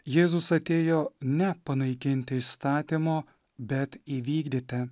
jėzus atėjo ne panaikinti įstatymo bet įvykdyti